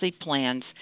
plans